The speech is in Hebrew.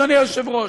אדוני היושב-ראש.